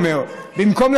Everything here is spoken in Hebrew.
כי אתה אומר במסעדה.